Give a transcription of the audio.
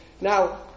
Now